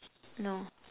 no